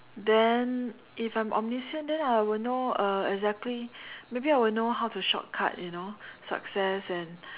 then if I'm omniscient then I will know uh exactly maybe I will know how to shortcut you know success and